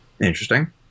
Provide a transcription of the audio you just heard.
interesting